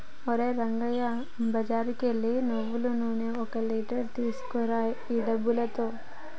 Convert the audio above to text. ఓరే రంగా బజారుకు ఎల్లి నువ్వులు నూనె ఒక లీటర్ తీసుకురా ఈ డబ్బుతో